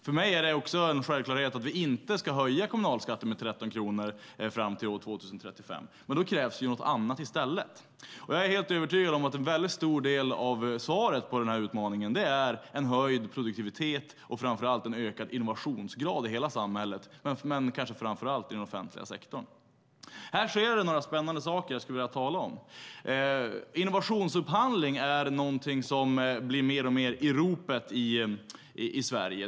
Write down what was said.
För mig är det också en självklarhet att vi inte ska höja kommunalskatten med 13 kronor fram till år 2035, men då krävs det något annat i stället. Jag är helt övertygad om att en väldigt stor del av svaret på den här utmaningen är en höjd produktivitet och framför allt en ökad innovationsgrad i hela samhället men kanske framför allt i den offentliga sektorn. Här sker det några spännande saker som jag skulle vilja tala om. Innovationsupphandling är någonting som blir mer och mer i ropet i Sverige.